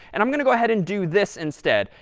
and i'm going to go ahead and do this instead.